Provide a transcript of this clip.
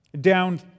Down